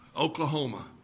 Oklahoma